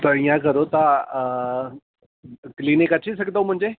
त ईअं करो तव्हां क्लीनिक अची सघंदव मुंहिंजे